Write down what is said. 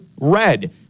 red